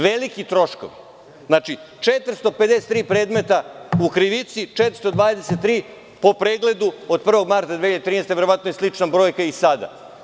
Veliki troškovi, znači 453 predmeta u krivici, 423 po pregledu od 1. marta 2013. godine, verovatno je slična brojka i sada.